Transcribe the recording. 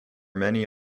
many